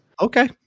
Okay